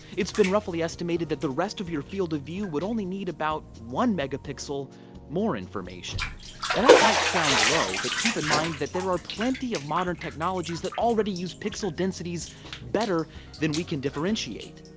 it's been roughly estimated that the rest of your field of view would only need about one megapixel more information. now and that might sound low but keep in mind that there are plenty of modern technologies that already use pixel densities better than we can differentiate.